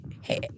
Hey